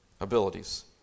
abilities